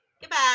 Goodbye